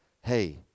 hey